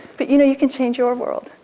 but you know, you can change your world.